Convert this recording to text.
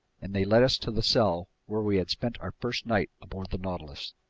and they led us to the cell where we had spent our first night aboard the nautilus.